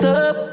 up